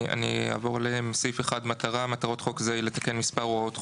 אעבור עליהם: מטרה 1. "מטרת חוק זה היא לתקן מספר הוראות חוק,